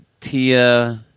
Tia